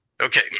Okay